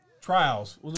Trials